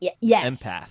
Yes